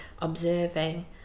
observing